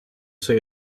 say